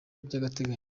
by’agateganyo